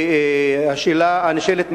והשאלה הנשאלת,